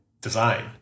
design